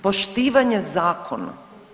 Poštivanje zakona.